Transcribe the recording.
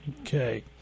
Okay